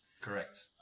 Correct